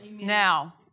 Now